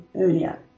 earlier